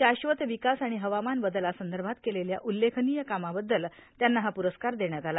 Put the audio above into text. शाश्वत विकास आणि हवामान बदलासंदर्भात केलेल्या उल्लेखनीय कामाबद्दल त्यांना हा पुरस्कार देण्यात आला